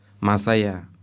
Masaya